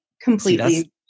completely